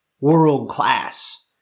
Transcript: world-class